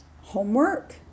homework